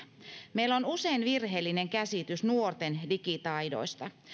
meillä on usein virheellinen käsitys nuorten digitaidoista